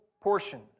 portion